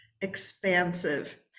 expansive